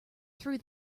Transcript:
threw